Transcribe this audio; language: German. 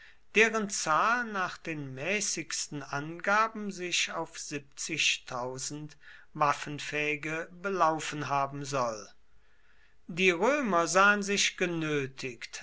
deren zahl nach den mäßigsten angaben sich auf waffenfähige belaufen haben soll die römer sahen sich genötigt